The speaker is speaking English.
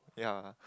yea